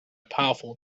powerful